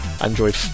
Android